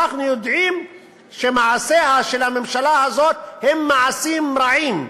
אנחנו יודעים שמעשיה של הממשלה הזאת הם מעשים רעים,